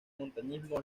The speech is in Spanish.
montañismo